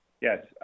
Yes